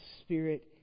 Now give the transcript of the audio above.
spirit